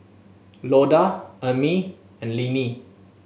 Loda Amie and Linnie